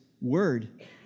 word